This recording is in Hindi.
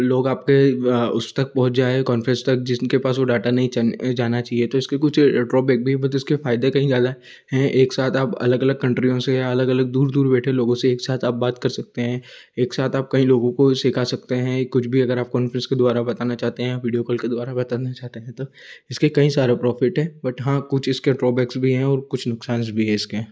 लोग आपके उस तक पहुँच जाएँ कौनफ्रेस तक जिसके पास वो डाटा नहीं जा जाना चाहिए था उसके कुछ ड्रौबैक भी है बट उसके फ़ायदे कई ज़्यादा हैं हैं एक साथ आप अलग अलग कन्टरियों से या अलग अलग दूर दूर बैठे लोगों से एक साथ आप बात कर सकते हैं एक साथ आप कई लोगों को सीखा सकते हैं कुछ भी अगर आप कौनफ्रेस के द्वारा बताना चाहते हैं वीडियोकौल के द्वारा बताना चाहते हैं तो इसके कई सारे प्रौफीट हैं बट हाँ कुछ इसके ड्रौबैक्स भी हैं और कुछ नुकसान भी हैं इसके